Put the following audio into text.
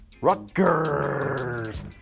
Rutgers